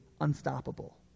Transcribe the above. unstoppable